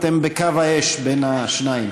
אתם בקו האש בין השניים.